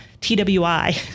twi